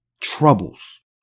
Troubles